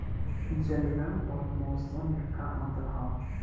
जलवायु अउर मौसम में का अंतर ह?